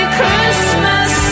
Christmas